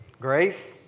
Grace